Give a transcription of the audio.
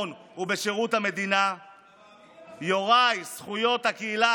לסבירות, זלזלנו